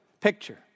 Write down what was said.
picture